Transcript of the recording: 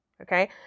Okay